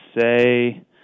say